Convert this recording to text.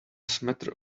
smatter